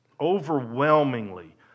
Overwhelmingly